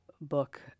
book